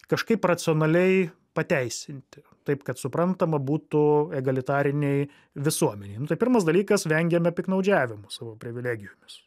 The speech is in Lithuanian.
kažkaip racionaliai pateisinti taip kad suprantama būtų egalitarinei visuomenei nu tai pirmas dalykas vengiame piktnaudžiavimo savo privilegijomis